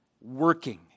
working